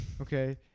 Okay